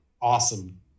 Awesome